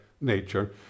nature